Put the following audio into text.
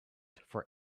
for